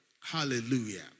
Hallelujah